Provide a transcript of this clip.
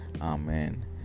Amen